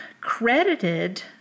credited